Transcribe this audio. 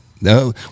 No